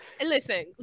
listen